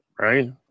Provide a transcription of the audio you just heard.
right